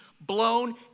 blown